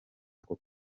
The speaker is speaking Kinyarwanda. ako